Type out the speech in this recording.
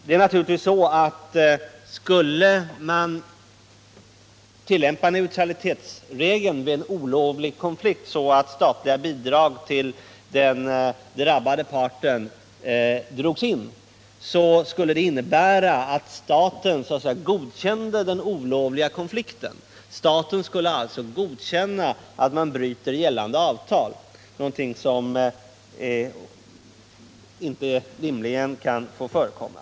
Men om man inte skulle göra det, om statliga bidrag till den drabbade parten drogs in vid olovlig konflikt, skulle det innebära att staten godkände den olovliga konflikten. Staten skulle alltså godkänna att man bryter gällande avtal. Detta kan inte rimligen få förekomma.